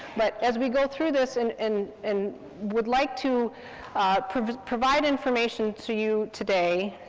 but as we go through this, and and and would like to provide provide information to you today,